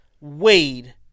Wade